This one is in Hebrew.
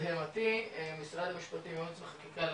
שלתדהמתי במחלקת ייעוץ וחקיקה של